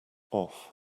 off